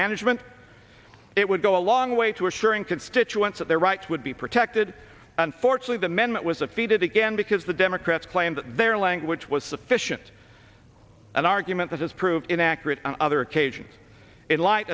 management it would go a long way to assuring constituents that their rights would be protected unfortunately the men that was a feed it again because the democrats claimed their language was sufficient an argument that has proved inaccurate on other occasions in light